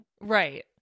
Right